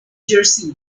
jersey